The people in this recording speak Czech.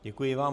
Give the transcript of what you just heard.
Děkuji vám.